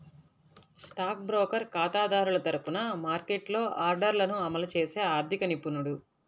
stock broker ఖాతాదారుల తరపున మార్కెట్లో ఆర్డర్లను అమలు చేసే ఆర్థిక నిపుణుడు